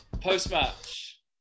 Post-match